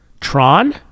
Tron